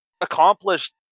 accomplished